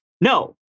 No